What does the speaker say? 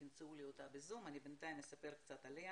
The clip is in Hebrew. בינתיים אני אספר עליה.